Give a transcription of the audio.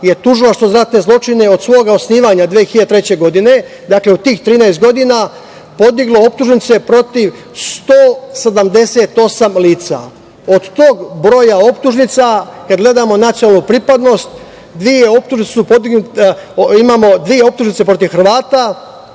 je Tužilaštvo za ratne zločine, od svoga osnivanja 2003. godine, dakle u tih 13 godina, podiglo optužnice protiv 178 lica. Od tog broja optužnica, kad gledamo nacionalnu pripadnost, imamo dve optužnice protiv Hrvata,